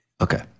okay